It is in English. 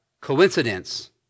coincidence